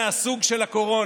עלה שמשבר מהסוג של הקורונה,